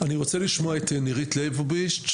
אני רוצה לשמוע את נירית ליבוביץ,